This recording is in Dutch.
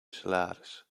salaris